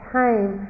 time